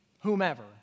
whomever